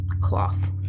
cloth